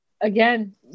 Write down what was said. again